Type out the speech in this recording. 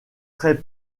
très